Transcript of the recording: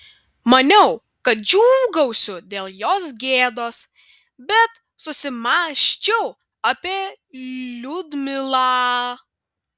maniau kad džiūgausiu dėl jos gėdos bet susimąsčiau apie liudmilą